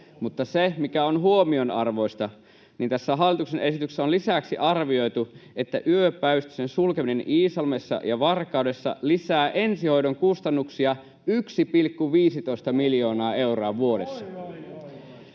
Mutta se, mikä on huomionarvoista: Tässä hallituksen esityksessä on lisäksi arvioitu, että yöpäivystysten sulkeminen Iisalmessa ja Varkaudessa lisää ensihoidon kustannuksia 1,15 miljoonaa euroa vuodessa.